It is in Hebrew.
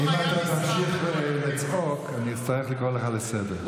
אם אתה תמשיך לצעוק אני אצטרך לקרוא אותך לסדר.